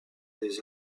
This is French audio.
des